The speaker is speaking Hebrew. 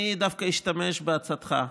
אני דווקא אשתמש בעצתך,